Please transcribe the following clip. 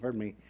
me.